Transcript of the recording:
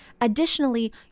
additionally